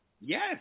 Yes